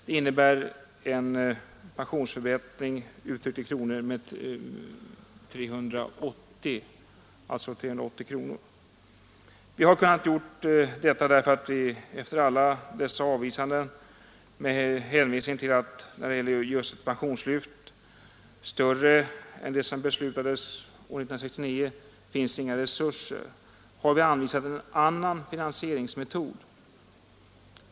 Det innebär, uttryckt i kronor, en pensionsförbättring med 380 kronor. Efter alla dessa avvisanden med hänvisning till att det inte finns några resurser för ett pensionslyft, större än det som beslutades år 1969, har vi anvisat en annan finansieringsmetod.